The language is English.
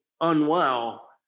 unwell